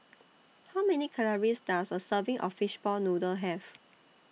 How Many Calories Does A Serving of Fishball Noodle Have